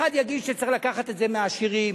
אחד יגיד שצריך לקחת את זה מהעשירים,